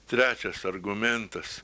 trečias argumentas